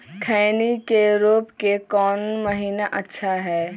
खैनी के रोप के कौन महीना अच्छा है?